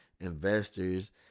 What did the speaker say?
investors